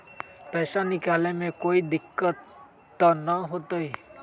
पैसा निकाले में कोई दिक्कत त न होतई?